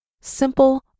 simple